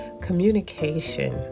communication